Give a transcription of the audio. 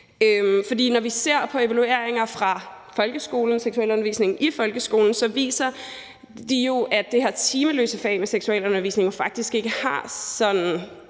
når vi ser på evalueringer af seksualundervisning i folkeskolen, viser de jo, at det her timeløse fag med seksualundervisning faktisk ikke har sådan